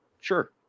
Sure